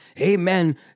Amen